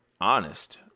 honest